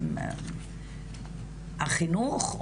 החינוך?